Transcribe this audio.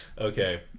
Okay